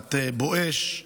הפעלת בואש,